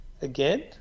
Again